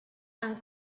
han